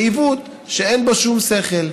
זה עיוות שאין בו שום שכל.